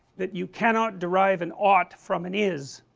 that you cannot derive and ought from and is